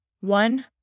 One